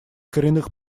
коренных